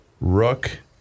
Rook